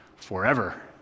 Forever